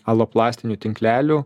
aloplastinių tinklelių